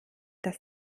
das